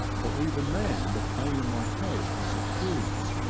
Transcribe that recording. for even then the pain in my head was acute,